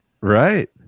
right